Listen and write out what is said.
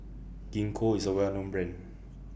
Gingko IS A Well known Brand